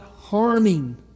harming